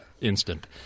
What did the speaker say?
instant